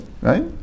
right